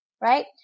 right